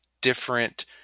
different